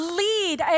lead